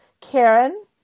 Karen